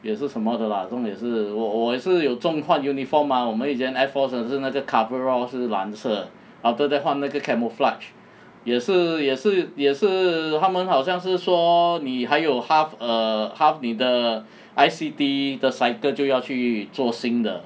也是什么的 lah 重点是我我也是有中换 uniform ah 我们以前 air force 的是那个 coverall 是蓝色的 after that 换那个 camouflage 也是也是也是他们好像是说你还有 half err half 你的 I_C_T 的 cycle 就要去做新的